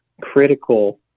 critical